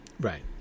Right